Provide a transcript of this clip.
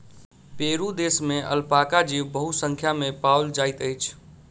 Peru देश में alpaca जीव बहुसंख्या में पाओल जाइत अछि